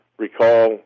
recall